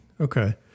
Okay